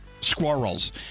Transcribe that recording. Squirrels